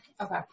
Okay